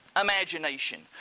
imagination